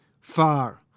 far